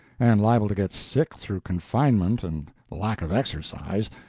and liable to get sick through confinement and lack of exercise,